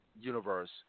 Universe